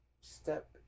step